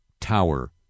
tower